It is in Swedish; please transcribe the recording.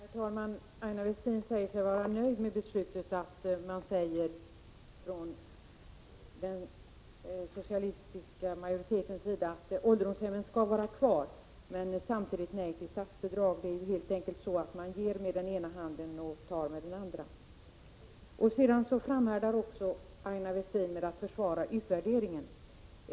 Herr talman! Aina Westin säger sig vara nöjd med beslutet, när den socialdemokratiska majoriteten förklarar att ålderdomshemmen skall vara kvar men samtidigt säger nej till statsbidrag. Det är helt enkelt så, att här ger man med den ena handen och tar med den andra. Sedan framhärdar Aina Westin i att försvara utvärderingen.